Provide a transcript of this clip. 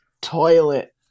toilet